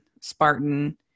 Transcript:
spartan